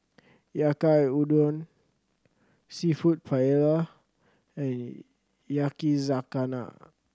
Yaki Udon Seafood Paella and Yakizakana